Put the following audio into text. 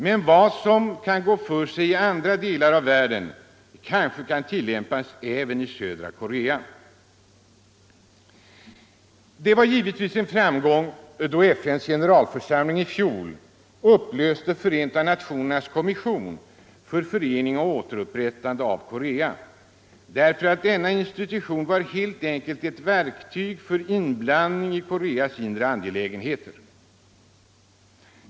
Men vad som kan gå för sig i andra delar av världen kanske kan tillämpas även i södra Korea. Det var givetvis en framgång då FN:s generalförsamling i fjol upplöste Förenta nationernas kommission för förening och återupprättande av Korea. Denna institution var helt enkelt ett verktyg för inblandning i Koreas inre angelägenheter.